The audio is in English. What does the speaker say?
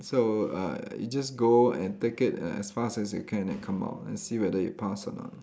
so uh you just go and take it and as fast as you can and come out and see whether you pass or not